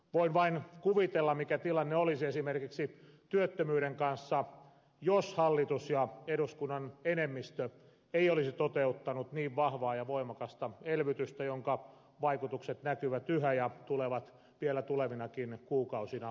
voin vain kuvitella mikä tilanne olisi esimerkiksi työttömyyden kanssa jos hallitus ja eduskunnan enemmistö ei olisi toteuttanut niin vahvaa ja voimakasta elvytystä jonka vaikutukset näkyvät yhä ja tulevat vielä tulevinakin kuukausina kumuloitumaan